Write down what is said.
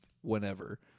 whenever